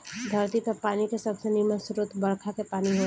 धरती पर पानी के सबसे निमन स्रोत बरखा के पानी होला